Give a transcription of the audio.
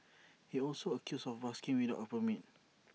he also accused of busking without A permit